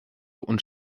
und